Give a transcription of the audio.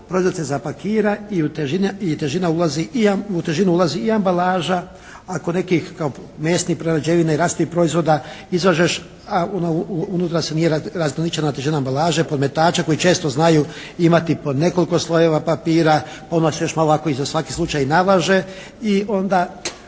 proizvod se zapakira i u težinu ulazi i ambalaža, a kod nekih kao mesne prerađevine i …/Govornik se ne razumije./… proizvoda izlažeš, a unutra se nije ragraničena težina ambalaže, podmetače koji često znaju imati nekoliko slojeva papira, onda se još malo ovako i za svaki slučaj i navaže i onda